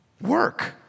work